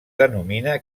denomina